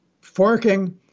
forking